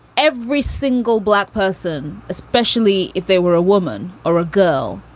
every single black person, especially if they were a woman or a girl.